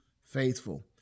faithful